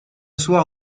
soir